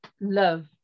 love